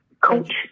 coach